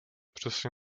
přesně